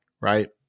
right